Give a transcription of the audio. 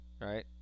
Right